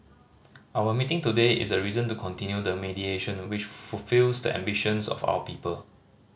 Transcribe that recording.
our meeting today is a reason to continue the mediation which fulfils the ambitions of our people